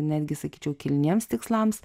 netgi sakyčiau kilniems tikslams